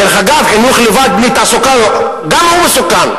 דרך אגב, חינוך לבד, בלי תעסוקה, גם הוא מסוכן,